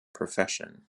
profession